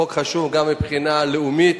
החוק חשוב גם מבחינה לאומית,